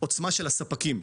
לעוצמה של הספקים.